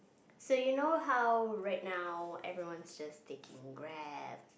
so you know how right now everyone's just taking Grab